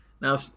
Now